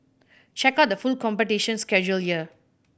check out the full competition schedule here